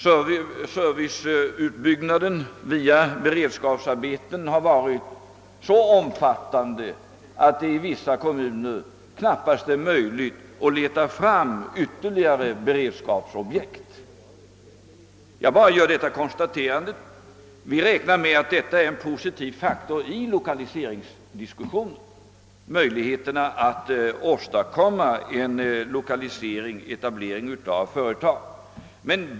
Serviceutbyggnaden via beredskapsarbeten har varit så omfattande att det i vissa kommuner knappast är möjligt att leta fram ytterligare beredskapsobjekt. Vi räknar med att detta är en positiv faktor i lokaliseringsdiskussionen om möjligheterna att åstadkomma en etablering av företag.